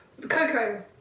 Coco